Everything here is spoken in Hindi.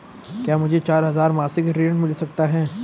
क्या मुझे चार हजार मासिक ऋण मिल सकता है?